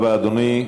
תודה רבה, אדוני.